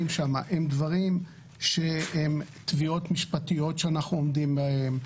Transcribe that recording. שם הם דברים שהם תביעות משפטיות שאנחנו עומדים בהם,